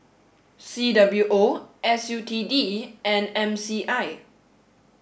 C W O S U T D and M C I